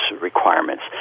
requirements